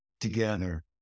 together